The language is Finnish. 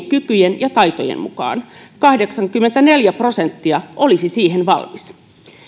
kykyjen ja taitojen mukaan kahdeksankymmentäneljä prosenttia olisi siihen valmis